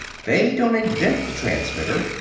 they don't invent the transmitter.